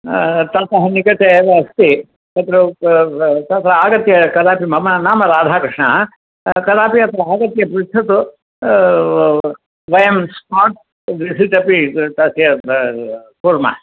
न ततः निकटे एव अस्ति तत्र ब्ब् तद आगत्य कदापि मम नाम राधकृष्णः कदापि अत्र आगत्य पृच्छतु वयं स्मार्ट् विसिट् अपि तस्य कुर्मः